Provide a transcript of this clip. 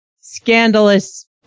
scandalous